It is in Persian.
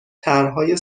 طرحهای